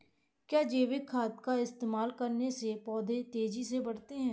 क्या जैविक खाद का इस्तेमाल करने से पौधे तेजी से बढ़ते हैं?